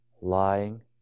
lying